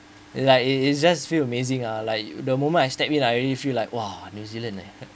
like it's just feel amazing uh like the moment I step in I already feel like !wah! new zealand eh